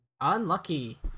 Unlucky